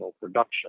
production